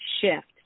shift